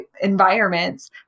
environments